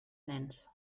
nens